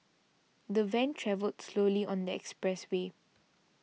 the van travelled slowly on the expressway